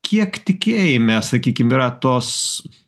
kiek tikėjime sakykim yra tos